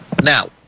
Now